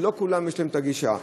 ולא לכולם יש גישה.